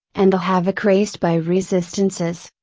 and the havoc raised by resistances,